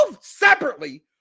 separately